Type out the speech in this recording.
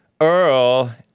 Earl